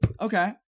Okay